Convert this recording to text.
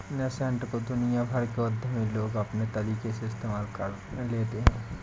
nascent को दुनिया भर के उद्यमी लोग अपने तरीके से इस्तेमाल में लाते हैं